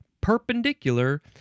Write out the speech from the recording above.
perpendicular